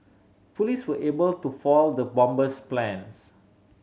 police were able to foil the bomber's plans